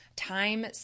Time